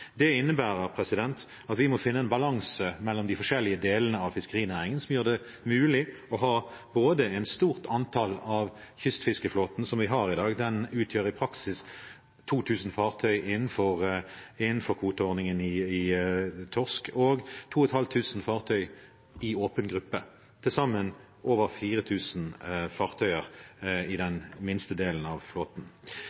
Det innebærer at vi må finne en balanse mellom de forskjellige delene av fiskerinæringen som gjør det mulig å ha et stort antall i kystfiskeflåten, slik vi har i dag – den utgjør i praksis 2 000 fartøy innenfor kvoteordningen for torsk og 2 500 fartøy i åpen gruppe, til sammen over 4 000 fartøyer i den